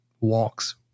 walks